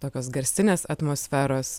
tokios garsinės atmosferos